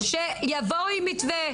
--- שיבואו עם מתווה.